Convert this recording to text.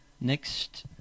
Next